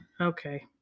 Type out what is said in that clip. Okay